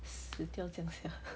要死掉这样 sia